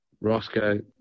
Roscoe